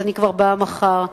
אני באה מחר,